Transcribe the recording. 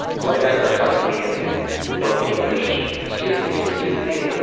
well, the guy starts talking to me in in broken english, excuse me, excuse me. ah